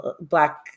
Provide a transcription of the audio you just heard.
black